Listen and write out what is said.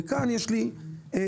וכאן יש לי קושי.